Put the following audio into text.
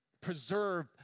preserve